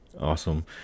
awesome